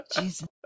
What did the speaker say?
Jesus